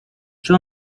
czy